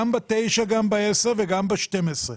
גם בתשעה, גם בעשרה וגם ב-12 קילומטר.